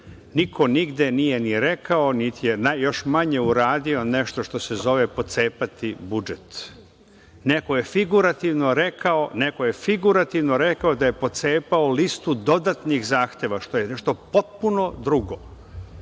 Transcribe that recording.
Niko nigde nije ni rekao, niti je još manje uradio nešto što se zove - pocepati budžet. Neko je figurativno rekao da je pocepao listu dodatnih zahteva, što je nešto potpuno drugo. Znači,